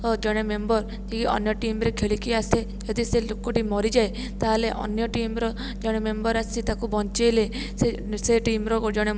ଓ ଜଣେ ମେମ୍ବର ଯିଏକି ଅନ୍ୟ ଟିମରେ ଖେଳିକି ଆସେ ଯଦି ସେ ଲୋକଟି ମରିଯାଏ ତାହେଲେ ଅନ୍ୟ ଟିମର ଜଣେ ମେମ୍ବର ଆସି ତାକୁ ବଞ୍ଚାଇଲେ ସେ ସେ ଟିମର ଜଣେ